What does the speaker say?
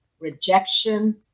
Rejection